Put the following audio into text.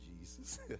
Jesus